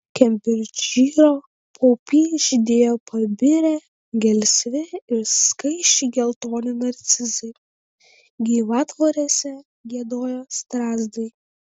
kembridžšyro paupy žydėjo pabirę gelsvi ir skaisčiai geltoni narcizai gyvatvorėse giedojo strazdai